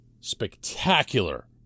spectacular